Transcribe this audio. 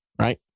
right